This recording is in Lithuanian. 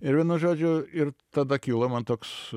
ir vienu žodžiu ir tada kilo man toks